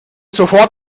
sofort